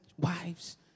wives